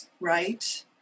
right